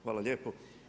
Hvala lijepo.